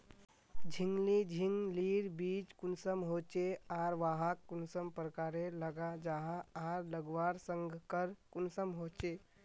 झिंगली झिंग लिर बीज कुंसम होचे आर वाहक कुंसम प्रकारेर लगा जाहा आर लगवार संगकर कुंसम होचे?